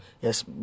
Yes